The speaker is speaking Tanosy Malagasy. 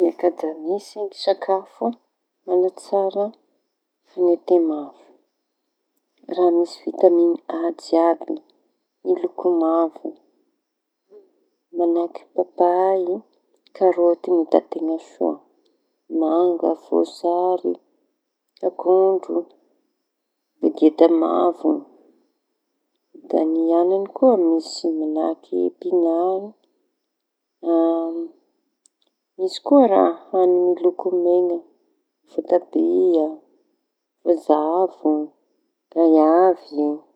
Eka, da misy ny sakafo mañatsara ny fañente-maso. Raha misy vitamina A jiaby miloko mavo mañahaky papay, karôty iñy da teña soa, manga voasary, akondro, bageda mavo; da ny añanañy koa misy mañahaky epinara. A misy koa raha miloko meña voatabia, voazavo, gaiavy.